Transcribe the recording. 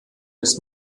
ist